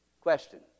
Question